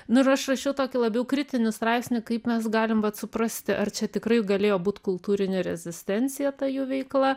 nu ir aš rašiau tokį labiau kritinį straipsnį kaip mes galim vat suprasti ar čia tikrai galėjo būt kultūrinė rezistencija ta jų veikla